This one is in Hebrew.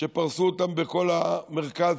שפרסו אותם בכל המרכז,